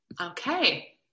Okay